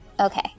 Okay